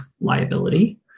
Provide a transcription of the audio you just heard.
liability